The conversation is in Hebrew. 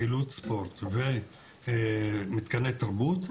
פעילות ספורט ומתקני תרבות,